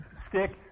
stick